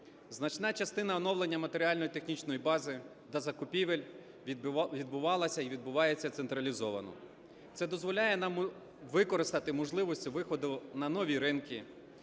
Значна частина оновлення матеріально-технічної бази та закупівель відбувалася і відбувається централізовано. Це дозволяє нам використати можливості виходу на нові ринки,